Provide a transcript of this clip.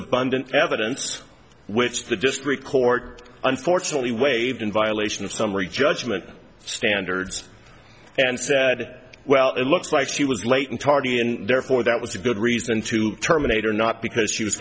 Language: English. abundant evidence which the district court unfortunately waived in violation of summary judgment standards and said well it looks like she was late and tardy and therefore that was a good reason to terminate or not because she was